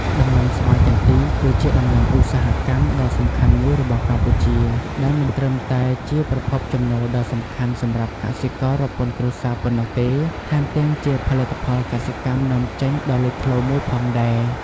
ដំណាំស្វាយចន្ទី គឺជាដំណាំឧស្សាហកម្មដ៏សំខាន់មួយរបស់កម្ពុជា ដែលមិនត្រឹមតែជាប្រភពចំណូលដ៏សំខាន់សម្រាប់កសិកររាប់ពាន់គ្រួសារប៉ុណ្ណោះទេ ថែមទាំងជាផលិតផលកសិកម្មនាំចេញដ៏លេចធ្លោមួយផងដែរ។